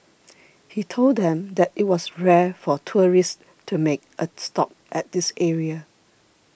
he told them that it was rare for tourists to make a stop at this area